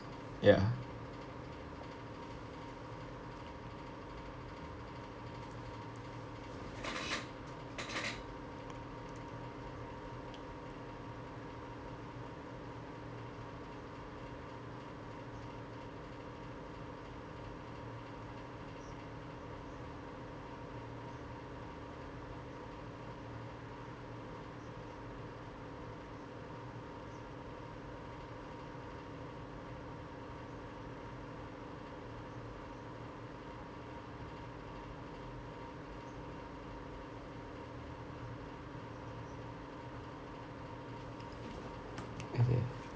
ya okay